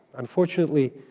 unfortunately,